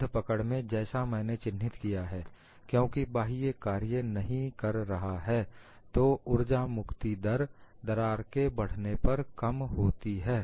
बद्ध पकड़ में जैसा मैंने चिन्हित किया है क्योंकि बाह्य कार्य नहीं कर रहा है तो उर्जा मुक्ति दर दरार के बढ़ने पर कम होती है